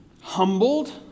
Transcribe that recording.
humbled